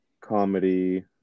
comedy